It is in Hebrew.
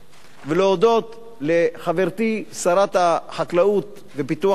ולהודות לחברתי שרת החקלאות ופיתוח הכפר